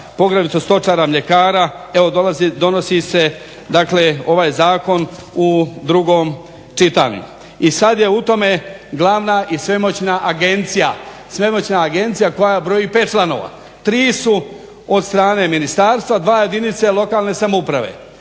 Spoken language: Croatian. poglavito stočara, mljekara evo donosi se dakle ovaj zakon u 2. čitanju. I sad je u tome glavna i svemoćna agencija, svemoćna agencija koja broji 5 članova, 3 su od strane ministarstva, 2 jedinice lokalne samouprave.